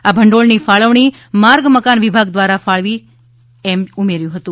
આ ભંડોળ ની ફાળવણી માર્ગ મકાન વિભાગ દ્વારા ફાળવી થશે તેમ ઉમેર્યુ હતું